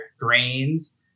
grains